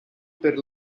per